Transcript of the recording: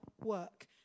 work